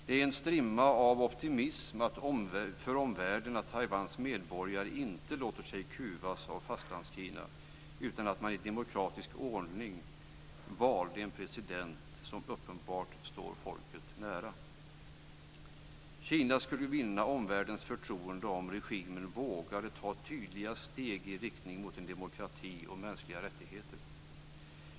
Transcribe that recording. Det är en strimma av hopp för omvärlden att Taiwans medborgare inte låter sig kuvas av Fastlandskina, utan att man i demokratisk ordning valde den president som uppenbarligen står folket närmast. Kina skulle vinna omvärldens förtroende om regimen vågade ta tydliga steg i riktning mot demokrati och mänskliga rättigheter.